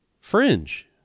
Fringe